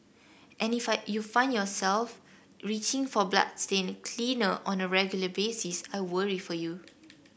and if I you find yourself reaching for bloodstain cleaner on a regular basis I worry for you